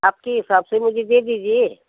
आपके हिसाब से मुझे दे दीजिए